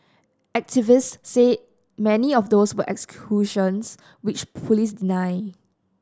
activists say many of those were executions which police deny